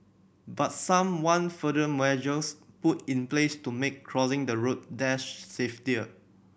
but some want further measures put in place to make crossing the road there safety